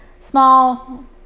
small